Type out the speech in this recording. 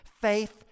faith